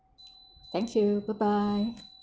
thank you bye bye